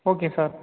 okay sir